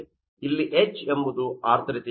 ಇಲ್ಲಿ H ಎಂಬುದು ಆರ್ದ್ರತೆಯಾಗಿದೆ